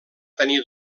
tenir